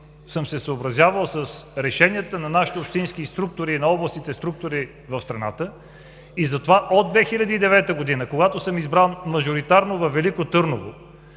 съм се съобразявал с решенията на нашите общински структури, на областните структури в страната и затова от 2009 г. – когато съм избран мажоритарно във Велико Търново,